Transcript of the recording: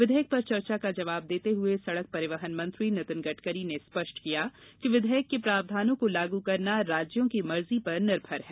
विधेयक पर चर्चा का जवाब देते हए सड़क परिवहन मंत्री नितिन गडकरी ने स्पष्ट किया कि विधेयक के प्रावधानों को लागू करना राज्यों की मर्जी पर निर्भर है